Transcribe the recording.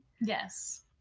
Yes